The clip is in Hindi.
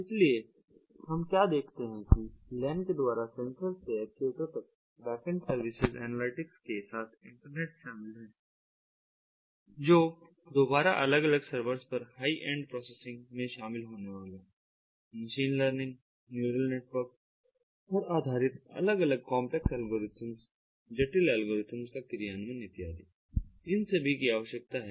इसलिए हम क्या देखते हैं कि LAN के द्वारा सेंसर्स से एक्चुएटर्स तक बैकेंड सर्विसेस एनालिटिक्स के साथ इंटरनेट शामिल है जोकि दोबारा अलग अलग सर्वर्स पर हाई एंड प्रोसेसिंग में शामिल होने वाला है मशीन लर्निंग न्यूरल नेटवर्क्स पर आधारित अलग अलग कॉम्प्लेक्स एल्गोरिथ्म जटिल एल्गोरिथ्म का क्रियान्वयन इत्यादिइन सभी की आवश्यकता है